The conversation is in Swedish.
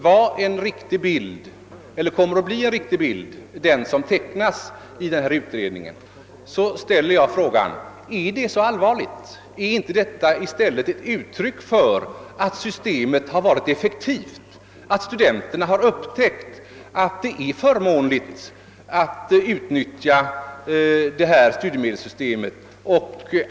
Men även om den bild som tecknats i den aktuella utredningen skulle vara riktig ställer jag frågan, om denna företeelse är så allvarlig. är den inte i stället ett uttryck för att systemet har varit effektivt och att studenterna upptäckt att det är förmånligt att utnyttja studiemedelssystemet?